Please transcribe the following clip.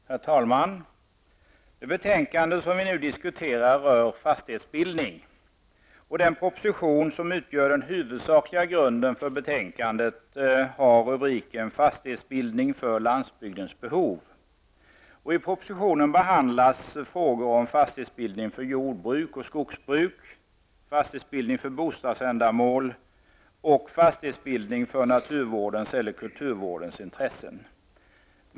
Herr talman! Det betänkande som vi nu diskuterar rör fastighetsbildning, och den proposition som utgör den huvudsakliga grunden för betänkandet har rubriken Fastighetsbildning för landsbygdens behov. I propositionen behandlas frågor om fastighetsbildning för jordbruk och skogsbruk, fastighetsbildning för bostadsändamål och fastighetsbildning för naturvårdens eller kulturvårdens intressen.